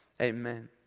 Amen